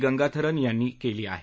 गंगाथरन यांनी केली आहे